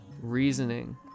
reasoning